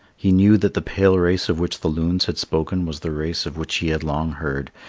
he knew that the pale race of which the loons had spoken was the race of which he had long heard,